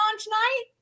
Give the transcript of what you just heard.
tonight